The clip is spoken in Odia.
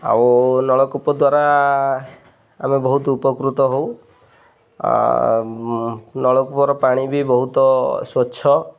ଆଉ ନଳକୂପ ଦ୍ୱାରା ଆମେ ବହୁତ ଉପକୃତ ହଉ ନଳକୂପର ପାଣି ବି ବହୁତ ସ୍ୱଚ୍ଛ